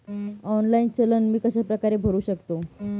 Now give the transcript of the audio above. Online चलन मी कशाप्रकारे भरु शकतो?